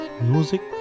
music